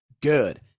good